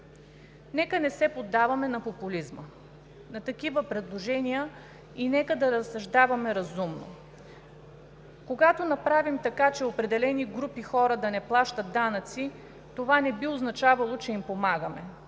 Нека не се поддаваме на популизма, на такива предложения и нека да разсъждаваме разумно. Когато направим така, че определени групи хора да не плащат данъци, това не би означавало, че им помагаме.